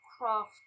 craft